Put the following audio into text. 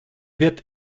wird